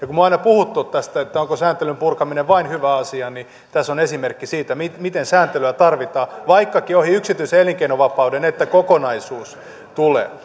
kun me olemme aina puhuneet tästä onko sääntelyn purkaminen vain hyvä asia niin tässä on esimerkki siitä miten miten sääntelyä tarvitaan vaikkakin ohi yksityisen elinkeinovapauden että kokonaisuus tulee